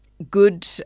good